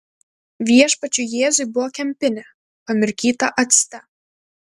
viešpačiui jėzui buvo kempinė pamirkyta acte